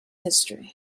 history